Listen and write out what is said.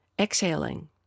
Exhaling